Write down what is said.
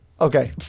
Okay